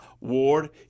Ward